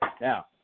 Now